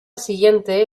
siguiente